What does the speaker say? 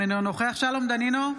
אינו נוכח שלום דנינו,